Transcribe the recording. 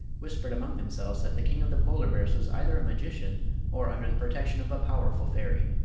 whispered among themselves that the king of the polar bears was either a magician or under the protection of a powerful fairy.